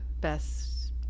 Best